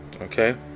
Okay